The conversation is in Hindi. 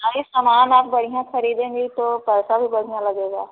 सारे सामान आप बढ़िया खरीदेंगे तो पैसा भी बढ़िया लगेगा